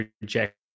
reject